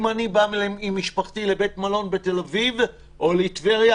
אם אני בא עם משפחתי לבית מלון בתל אביב או לטבריה,